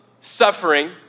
suffering